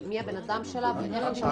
מי הבן אדם שלה ואיך היא שולחת את המייל.